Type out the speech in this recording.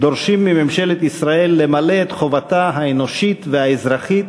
דורשים מממשלת ישראל למלא את חובתה האנושית והאזרחית